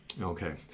Okay